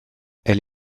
elle